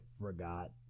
forgot